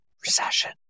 recession